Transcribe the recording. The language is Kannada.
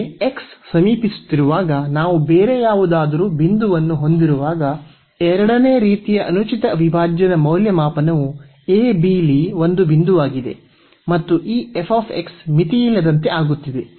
ಗೆ x ಸಮೀಪಿಸುತ್ತಿರುವಾಗ ನಾವು ಬೇರೆ ಯಾವುದಾದರೂ ಬಿಂದುವನ್ನು ಹೊಂದಿರುವಾಗ ಎರಡನೆಯ ರೀತಿಯ ಅನುಚಿತ ಅವಿಭಾಜ್ಯದ ಮೌಲ್ಯಮಾಪನವು ಲಿ ಒಂದು ಬಿಂದುವಾಗಿದೆ ಮತ್ತು ಈ ಮಿತಿಯಿಲ್ಲದಂತೆ ಆಗುತ್ತಿದೆ